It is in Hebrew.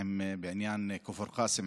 בעניין כפר קאסם,